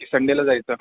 संडेला जायचं